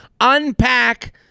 unpack